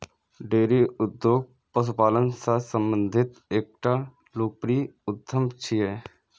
dairy उद्योग पशुपालन सं संबंधित एकटा लोकप्रिय उद्यम छियै